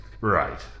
Right